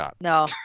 No